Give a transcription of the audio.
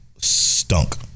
stunk